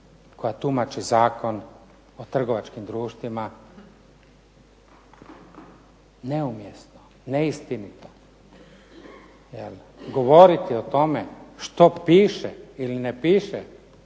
koja tumači Zakon o trgovačkim društvima neumjesno, neistinito. Govoriti o tome što piše ili ne piše